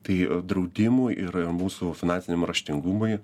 tai draudimui ir mūsų finansiniam raštingumui